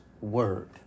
word